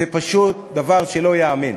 זה פשוט דבר שלא ייאמן.